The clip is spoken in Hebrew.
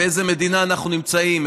באיזו מדינה אנחנו נמצאים,